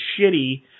shitty